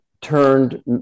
turned